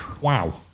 Wow